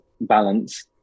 balance